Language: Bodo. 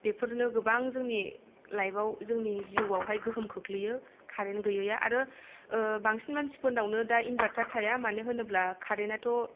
बेफोरनो गोबां जोंनि लाइफआव जोंनि जिउआव हाय गोहोम खोख्लैयो कारेन्ट गैयैआ आरो बांसिन मानसि फोरनाव नो दा इन्भार्टार थाया मानोहोब्ला कारेन्टआथ'